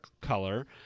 color